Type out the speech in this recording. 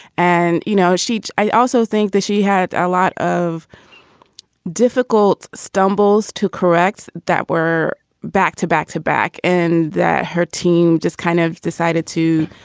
and, you know, she's i also think that she had a lot of difficult stumbles to correct that were back to back to back and that her team just kind of decided to,